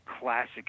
classic